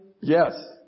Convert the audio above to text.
Yes